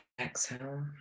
Exhale